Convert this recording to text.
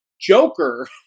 Joker